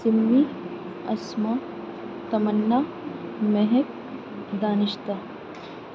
Sumi Asma Tamanna Mehak دانستہ